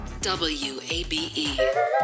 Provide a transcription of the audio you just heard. WABE